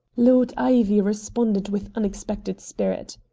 lord ivy responded with unexpected spirit.